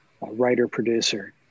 writer-producer